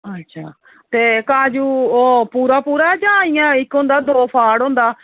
अच्छा ते काजू ओह् पूरा पूरा जां इ'यां इक होंदा ओह् दो फाड़ होंदा